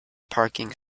parking